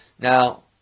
Now